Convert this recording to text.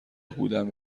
بودن